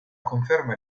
conferma